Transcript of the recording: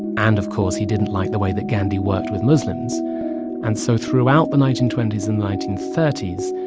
and of course, he didn't like the way that gandhi worked with muslims and so throughout the nineteen twenty s and nineteen thirty s,